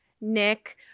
Nick